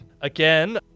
Again